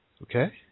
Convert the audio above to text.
Okay